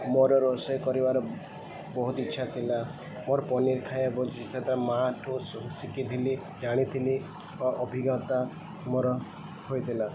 ମୋର ରୋଷେଇ କରିବାର ବହୁତ ଇଚ୍ଛା ଥିଲା ମୋର ପନିର ଖାଇ ମା ଠୁ ଶିଖିଥିଲି ଜାଣିଥିଲି ବା ଅଭିଜ୍ଞତା ମୋର ହୋଇଥିଲା